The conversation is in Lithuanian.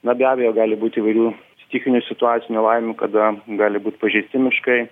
na be abejo gali būti įvairių stichinių situacijų nelaimių kada gali būt pažeisti miškai